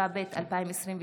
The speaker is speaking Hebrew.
התשפ"ב 2022,